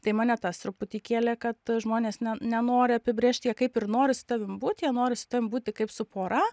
tai mane tas truputį kėlė kad žmonės ne nenori apibrėžt jie kaip ir nori su tavim būt jie nori su tavim būti kaip su pora